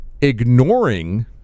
ignoring